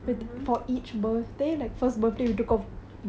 !whoa! அந்த:antha photos எல்லாம் உங்க கிட்ட இருந்துச்சா:ellaam unga kitta irunthuchaa